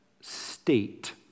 state